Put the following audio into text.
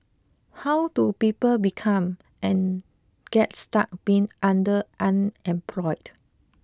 how do people become and get stuck being under unemployed